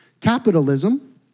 Capitalism